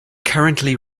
currently